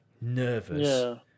nervous